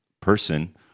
person